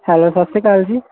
hello Sat Sri Akal ਜੀ